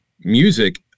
music